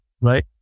Right